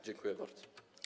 Dziękuję bardzo.